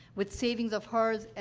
with savings of hers,